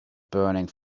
burning